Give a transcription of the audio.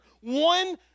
One